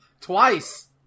twice